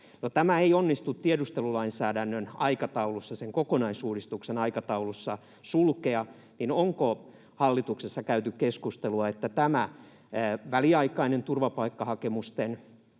tätä ei onnistu valmiuslainsäädännön kokonaisuudistuksen aikataulussa sulkea, niin onko hallituksessa käyty keskustelua, että väliaikainen turvapaikkahakemusten